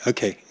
Okay